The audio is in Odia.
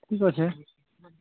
ଠିକ୍ ଅଛେ